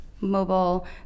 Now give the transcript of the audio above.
mobile